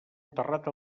enterrat